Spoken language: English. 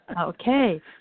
Okay